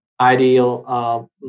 ideal